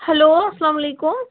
hello اسلام علیکم